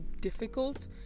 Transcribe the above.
difficult